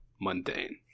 mundane